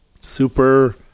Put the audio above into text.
Super